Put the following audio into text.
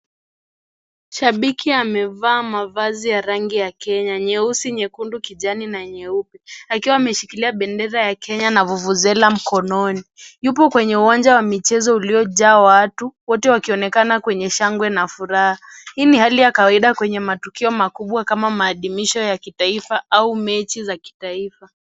Shabiki amevaa mavazi ya rangi ya Kenya nyeusi, nyekundu, kijani na nyeupe akiwa ameshikilia bendera ya Kenya na fufusela mkononi. Yupo kwenye uwanja wa mchezo uliojaa watu wote wanaonekana kwenye shangwe na furaha. Hii ni hali ya kawaida kwenye matukio makubwa kama mahadmisho ya kitaifa au mechi za kitaifa.